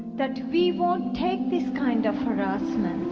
that we won't take this kind of harassment.